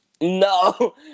No